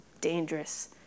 dangerous